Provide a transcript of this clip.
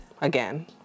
Again